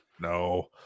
no